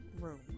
room